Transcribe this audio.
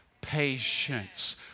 patience